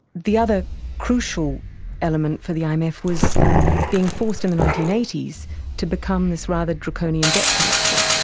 the other crucial element for the um imf was being forced in the nineteen eighty s to become this rather draconian debt collector,